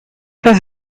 has